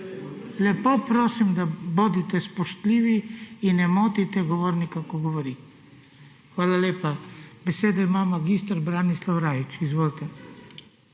Lepo prosim, da bodite spoštljivi in ne motite govornika, ko govori. Hvala lepa. Besedo ima mag. Branislav Rajić. Izvolite.